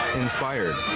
inspired,